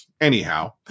anyhow